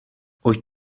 wyt